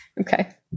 Okay